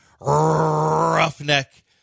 roughneck